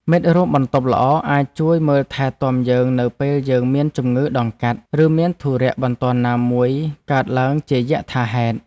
មិត្តរួមបន្ទប់ល្អអាចជួយមើលថែទាំយើងនៅពេលយើងមានជំងឺដង្កាត់ឬមានធុរៈបន្ទាន់ណាមួយកើតឡើងជាយថាហេតុ។